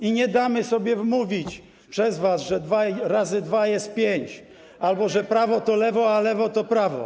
I nie damy sobie wmówić przez was, że dwa razy dwa jest pięć albo że prawo to lewo, a lewo to prawo.